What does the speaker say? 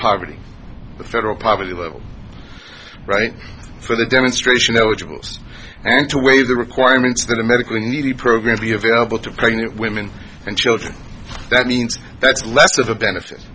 poverty the federal poverty level right for the demonstration eligibles and to waive the requirements that a medically needy program be available to pregnant women and children that means that's less of a benefit